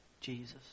Jesus